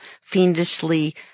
fiendishly